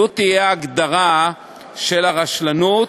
זאת תהיה ההגדרה של הרשלנות,